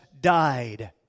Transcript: died